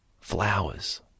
flowers